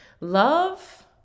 love